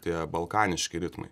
tie balkaniški ritmai